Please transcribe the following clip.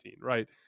right